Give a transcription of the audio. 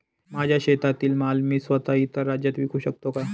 माझ्या शेतातील माल मी स्वत: इतर राज्यात विकू शकते का?